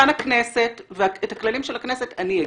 כאן הכנסת ואת הכללים של הכנסת אני אגיד.